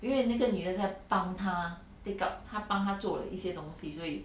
因为那个女的在帮她 take up 她帮她做了一些东西所以